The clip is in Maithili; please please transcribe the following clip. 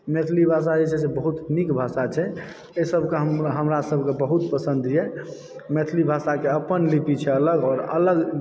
मैथिली भाषा जे छै बहुत नीक भाषा छै ओहि सबके हमरा सबके बहुत पसंद यऽ मैथिली भाषा के अपन लिपि छै अलग आओर अलग